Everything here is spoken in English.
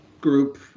group